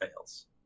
fails